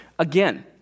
Again